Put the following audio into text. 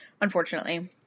unfortunately